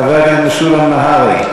חבר הכנסת משולם נהרי,